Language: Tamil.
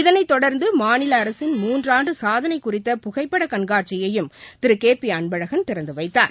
இதனைத் தொடர்ந்து மாநில அரசின் மூன்று ஆண்டு சாதனை குறித்த புகைப்பட கண்காட்சியையும் திரு கே பி அன்பழகன் திறந்து வைத்தார்